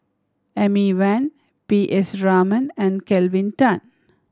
Amy Van P S Raman and Kelvin Tan